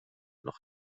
noch